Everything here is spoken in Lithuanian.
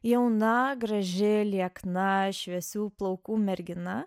jauna graži liekna šviesių plaukų mergina